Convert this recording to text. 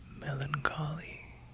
melancholy